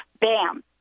bam